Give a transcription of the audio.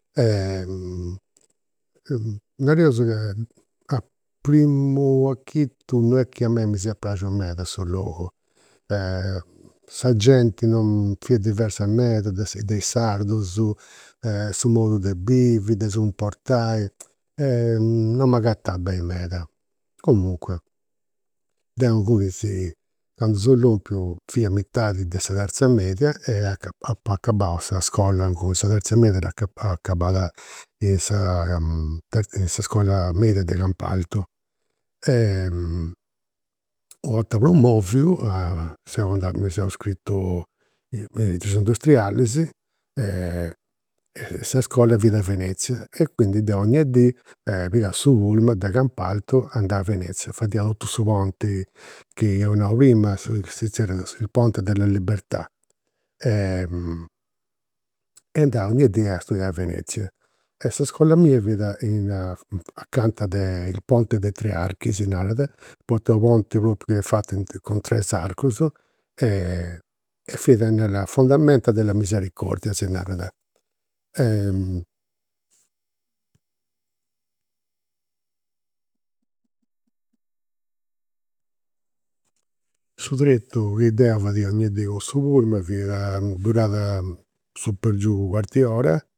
Nareus che a primu achitu non est chi a mei mi siat praxiu meda su logu. Sa genti non, fiat divers meda de is sardus, su modu de bivi, de si cumportai. Non m'agatà beni meda. Comunque, deu ingunis candu seu lompiu fia a mitadi de sa terza media e apu acabau sa iscola inguni, sa terza media dd'apu acabada in sa terza in sa iscola media de Campalto. U' orta prumoviu seu andau, mi seu scritu me is industrialis e s'iscola fiat a Venezia e quindi deu 'onnia dì pigà su pullman de Campalto, andà a Venezia, fadiaus totu su ponti chi eus nau prima, si zerriat il ponte della libertà. E andà 'onnia dì a studiai a Venezia. S'iscola mia fiat in acanta a su ponte dei tre archi si narat, poita est u' ponti chi est fatu cun tres e fiat nella fondamenta della misericordia, si narat. Su chi deu fadia 'onnia dì cun su pullman, fiat, durat su per giù u' cuartu di ora